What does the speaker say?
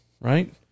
right